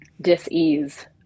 dis-ease